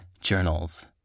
Journals